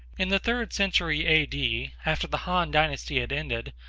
in the third century a. d. after the han dynasty had ended,